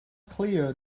clear